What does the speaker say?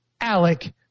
Alec